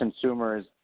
consumers